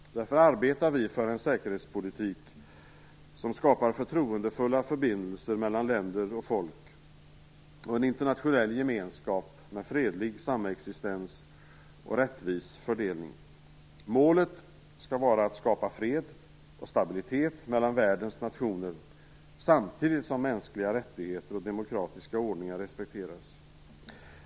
Därför arbetar vi för en säkerhetspolitik som skapar förtroendefulla förbindelser mellan länder och folk och en internationell gemenskap med fredlig samexistens och rättvis fördelning. Målet skall vara att skapa fred och stabilitet mellan världens nationer samtidigt som mänskliga rättigheter och demokratiska ordningar respekteras.